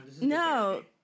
no